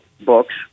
books